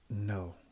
No